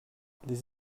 les